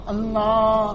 Allah